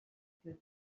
que